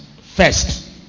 first